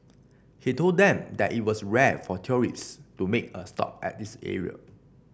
he told them that it was rare for tourist to make a stop at this area